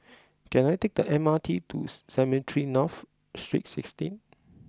can I take the M R T to Cemetry North Street Sixteen